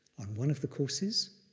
on one of the courses,